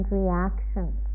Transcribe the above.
reactions